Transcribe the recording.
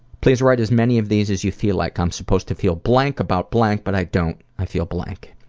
please write as many of these as you feel like i'm supposed to feel blank about blank but i don't, i feel blank.